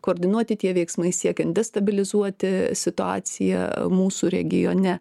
koordinuoti tie veiksmai siekiant destabilizuoti situaciją mūsų regione